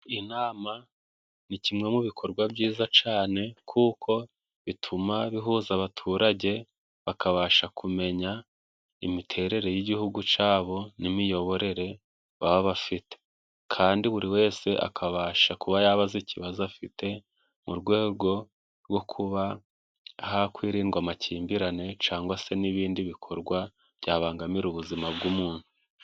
Inama ni kimwe mu bikorwa byiza cane kuko bituma bihuza abaturage bakabasha kumenya imiterere y'Igihugu cabo n'imiyoborere baba bafite. Kandi buri wese akabasha kuba yaba azi ikibazo afite. Mu rwego rwo kuba aho kwirindwa amakimbirane cangwa se n'ibindi bikorwa byabangamira ubuzima bw'umuntu.